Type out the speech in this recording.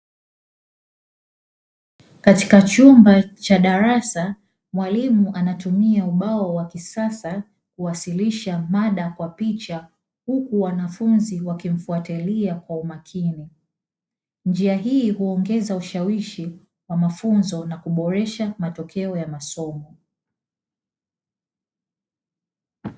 Katika chumba cha darasa mwalimu anatumia ubao wa kisasa kuwasilisha mada kwa picha, huku wanafunzi wakimfuatilia kwa umakini njia hii huongeza ushawishi wa mafunzo na kuboresha matokeo ya masomo.